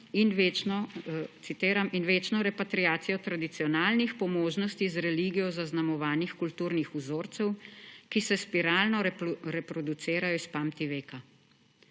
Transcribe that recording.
»in večno repatriacijo tradicionalnih, po možnosti z religijo zaznamovanih kulturnih vzorcev, ki se spiralno reproducira iz pamtiveka«.